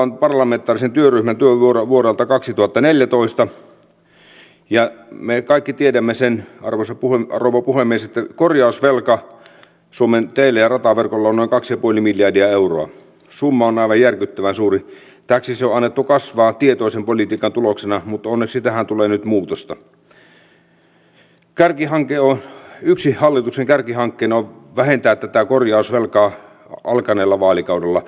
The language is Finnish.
on hyvin tärkeää että kun hyvinvointivaltio lähtee siitä luottamuksesta ja lupauksesta että jokainen suomalainen ihminen on samassa veneessä että kaikkien meidän asemaa turvataan niin silloin kun tehdään näin isoja muutoksia leikkauksia joista me olemme eri mieltä ne kuitenkin valmistellaan hyvin ja voidaan arvioida että hallitus perustelee miksi se on tehnyt nämä ratkaisut ja ihmiset voivat luottaa siihen tietoon